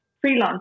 freelance